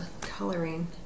coloring